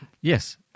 Yes